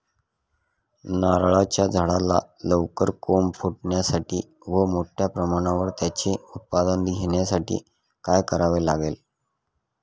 नारळाच्या झाडाला लवकर कोंब फुटण्यासाठी व मोठ्या प्रमाणावर त्याचे उत्पादन घेण्यासाठी काय करावे लागेल?